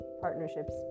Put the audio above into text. partnerships